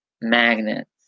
magnets